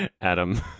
Adam